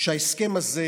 שההסכם הזה